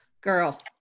Girl